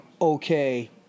okay